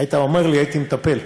היית אומר לי, הייתי מטפל,